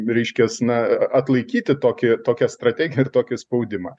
reiškias na atlaikyti tokį tokią strategiją ir tokį spaudimą